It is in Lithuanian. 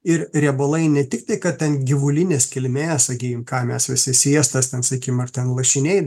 ir riebalai ne tiktai kad ten gyvulinės kilmės sakykim ką mes visi sviestas ten sakykim ar ten lašiniai